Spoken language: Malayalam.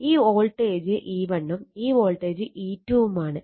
ഈ വോൾട്ടേജ് E1 ഉം ഈ വോൾട്ടേജ് E2 ഉം ആണ്